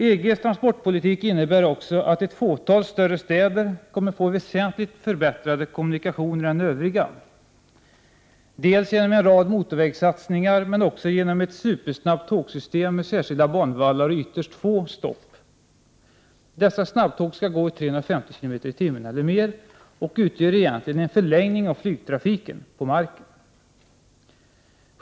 EG:s transportpolitik innebär också att ett fåtal större städer kommer att få väsentligt förbättrade kommunikationer än övriga städer. Detta kommer = Prot. 1988 tim eller mer, och utgör egentligen en förlängning av flygtrafiken på marken.